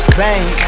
bank